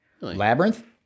Labyrinth